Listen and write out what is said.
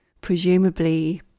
presumably